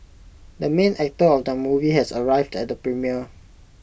the main actor of the movie has arrived at the premiere